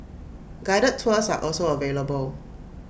guided tours are also available